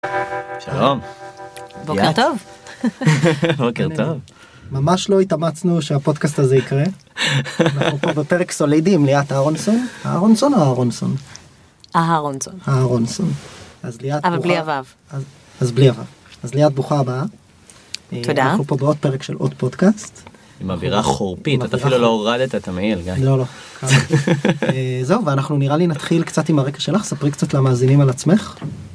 שלום, בוקר טוב. בוקר טוב. ממש לא התאמצנו שהפודקסט הזה יקרה. בפרק סולידי עם ליאת אהרונסון. אהרנסון או אהרונסון? אהרנסון. אהרוסון. אבל בלי הוו. אז ליאת ברוכה הבאה. תודה. אנחנו פה בעוד פרק של עוד פודקאסט. עם אווירה חורפית את אפילו לא הורדת את המעיל גיא. אנחנו נראה לי נתחיל קצת עם הרקע שלך ספרי קצת למאזינים על עצמך.